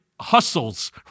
hustles